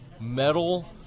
metal